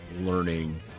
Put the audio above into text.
learning